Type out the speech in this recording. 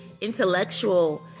intellectual